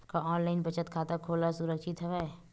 का ऑनलाइन बचत खाता खोला सुरक्षित हवय?